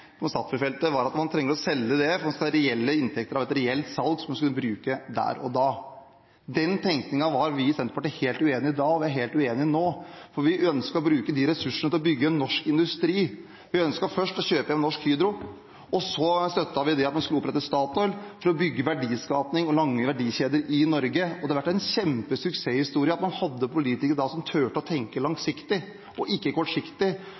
Statfjord-feltet, var at man trengte å selge for å ha reelle inntekter av et reelt salg som man skulle bruke der og da. Den tenkningen var vi i Senterpartiet helt uenig i da, og er helt uenig i nå, for vi ønsket å bruke de ressursene til å bygge norsk industri. Vi ønsket først å kjøpe igjen Norsk Hydro, og så støttet vi å opprette Statoil for å bygge verdiskaping og lange verdikjeder i Norge. Det har vært en kjempesuksesshistorie at man hadde politikere da som torde å tenke langsiktig, ikke kortsiktig,